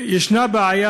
יש בעיה,